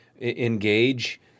engage